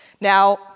Now